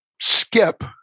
skip